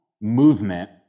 movement